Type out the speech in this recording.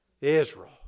Israel